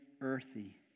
earthy